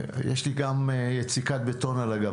יש לי גם יציקת בטון על הגב,